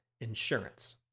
insurance